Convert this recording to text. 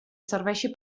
serveixi